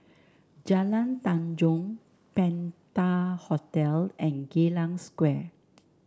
Jalan Tanjong Penta Hotel and Geylang Square